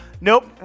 Nope